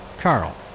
Carl